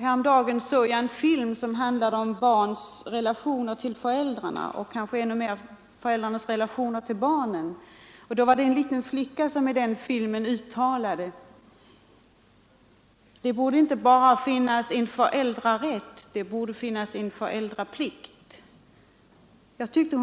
Häromdagen såg jag en film som handlade om barns relationer till föräldrarna och kanske ännu mera om föräldrarnas relationer till barnen. I filmen förekom det en liten flicka som uttalade: Det borde inte bara finnas en föräldrarätt, utan det borde också finnas en föräldraplikt. Jag tyckte den lilla